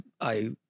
I-